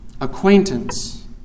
Acquaintance